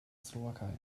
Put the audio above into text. slowakei